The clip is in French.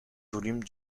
volumes